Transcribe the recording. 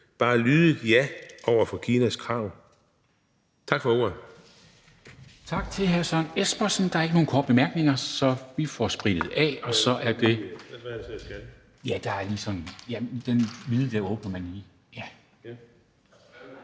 bare lydigt ja over for Kinas krav? Tak for ordet.